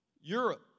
Europe